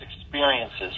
experiences